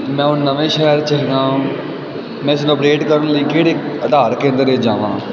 ਮੈਂ ਹੁਣ ਨਵੇਂ ਸ਼ਹਿਰ 'ਚ ਹੈਗਾ ਮੈਂ ਇਸ ਨੂੰ ਅਪਡੇਟ ਕਰਨ ਲਈ ਕਿਹੜੇ ਆਧਾਰ ਕੇਂਦਰ ਵਿੱਚ ਜਾਵਾਂ